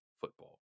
football